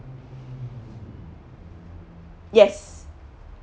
yes